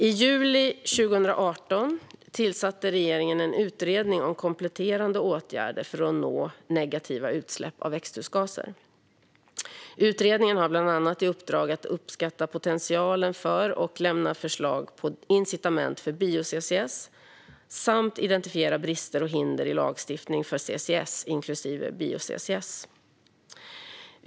I juli 2018 tillsatte regeringen en utredning om kompletterande åtgärder för att nå negativa utsläpp av växthusgaser. Utredningen har bland annat i uppdrag att uppskatta potentialen för och lämna förslag på incitament för bio-CCS samt identifiera brister och hinder i lagstiftning för CCS, inklusive bio-CCS.